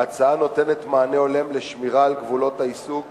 ההצעה נותנת מענה הולם לשמירה על גבולות העיסוק